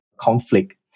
conflict